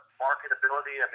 marketability